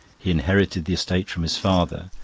he inherited the estate from his father,